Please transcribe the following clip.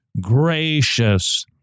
gracious